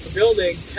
buildings